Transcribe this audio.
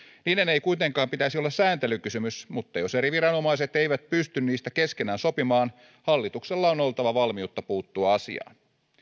niiden ei kuitenkaan pitäisi olla sääntelykysymys mutta jos eri viranomaiset eivät pysty niistä keskenään sopimaan hallituksella on oltava valmiutta puuttua asiaan